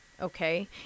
okay